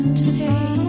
today